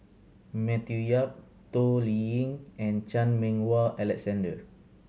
Matthew Yap Toh Liying and Chan Meng Wah Alexander